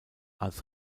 als